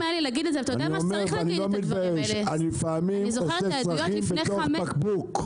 אני אומר שלפעמים אני עושה צרכים בתוך בקבוק.